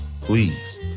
please